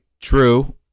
true